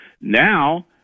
Now